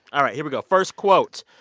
all right, here we go. first quote,